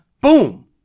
boom